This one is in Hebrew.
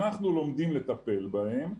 אנחנו לומדים לטפל בהם,